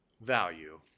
Value